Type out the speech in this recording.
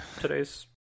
today's